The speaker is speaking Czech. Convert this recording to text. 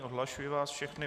Odhlašuji vás všechny.